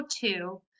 two